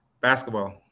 Basketball